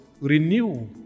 renew